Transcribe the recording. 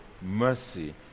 mercy